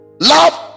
Love